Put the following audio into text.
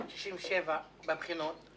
67 בבחינות.